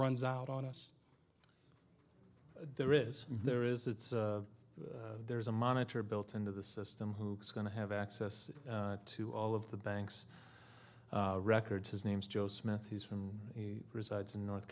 runs out on us there is there is it's there's a monitor built into the system who is going to have access to all of the bank's records his name's joe smith he's from and he resides in north